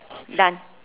done